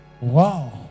Wow